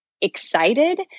excited